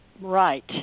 Right